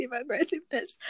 aggressiveness